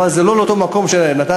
אבל זה לא לאותו מקום שלקחת.